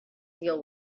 deal